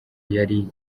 yari